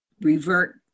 revert